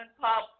pop